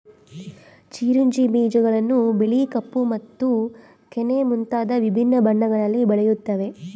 ಚಿರೊಂಜಿ ಬೀಜಗಳನ್ನು ಬಿಳಿ ಕಪ್ಪು ಮತ್ತು ಕೆನೆ ಮುಂತಾದ ವಿಭಿನ್ನ ಬಣ್ಣಗಳಲ್ಲಿ ಬೆಳೆಯುತ್ತವೆ